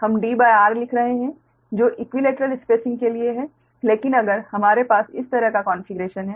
हम Dr लिख रहे हैं जो ईक्विलेटरल स्पेसिंग के लिए है लेकिन अगर हमारे पास इस तरह का कोन्फ़िगरेशन है